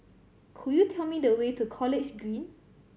could you tell me the way to College Green